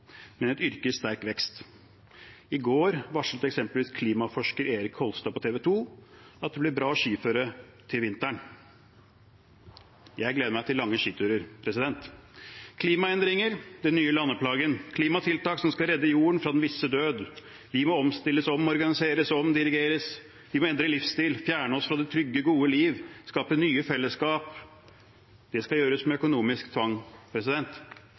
men et yrke i sterk vekst. I går varslet eksempelvis klimaforsker Erik Kolstad på TV 2 at det blir bra skiføre til vinteren. Jeg gleder meg til lange skiturer. Klimaendringer, den nye landeplagen, klimatiltak som skal redde jorden fra den visse død – vi må omstilles, omorganiseres, omdirigeres, vi må endre livsstil, fjerne oss fra det trygge, gode liv, skape nye fellesskap. Det skal gjøres med økonomisk tvang,